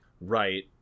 Right